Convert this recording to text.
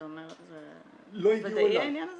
זה ודאי העניין הזה?